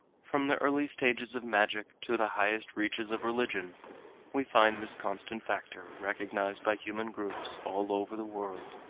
from the early stages of magic to the highest reaches of religion we find this constant factor recognized by human groups all over the world.